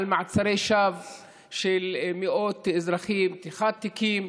על מעצרי שווא של מאות אזרחים ופתיחת תיקים,